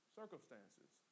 circumstances